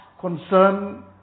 concern